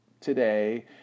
today